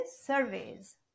surveys